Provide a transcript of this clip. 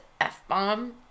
F-bomb